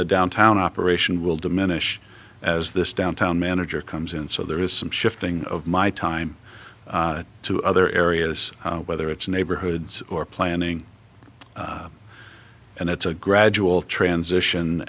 the downtown operation will diminish as this downtown manager comes in so there is some shifting of my time to other areas whether it's neighborhoods or planning and it's a gradual transition